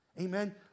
Amen